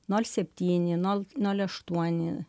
nol septyni nol nol aštuoni